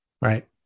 Right